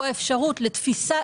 הוא האפשרות לתפיסה,